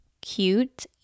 cute